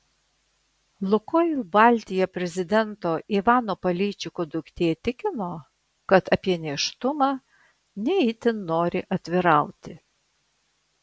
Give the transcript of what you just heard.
lukoil baltija prezidento ivano paleičiko duktė tikino kad apie nėštumą ne itin nori atvirauti